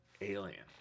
alien